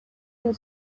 here